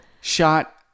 Shot